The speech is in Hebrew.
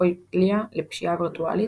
טכנופיליה לפשיעה וירטואלית,